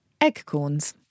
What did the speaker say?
Eggcorns